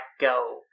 go